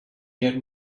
get